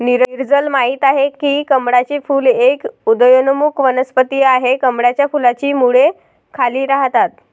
नीरजल माहित आहे की कमळाचे फूल एक उदयोन्मुख वनस्पती आहे, कमळाच्या फुलाची मुळे खाली राहतात